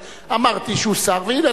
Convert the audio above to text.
והנה,